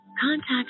contact